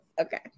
Okay